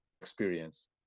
experience